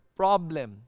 problem